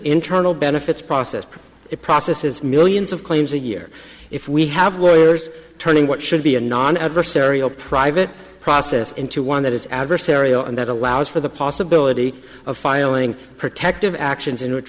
internal benefits process it processes millions of claims a year if we have lawyers turning what should be a non adversarial private process into one that is adversarial and that allows for the possibility of filing protective actions in which